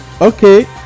Okay